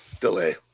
delay